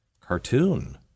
cartoon